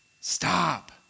stop